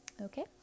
Okay